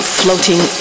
floating